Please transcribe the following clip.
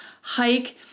hike